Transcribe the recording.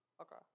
Okay